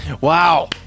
Wow